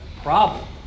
problem